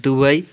Dubai